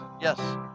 Yes